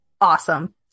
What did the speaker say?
Awesome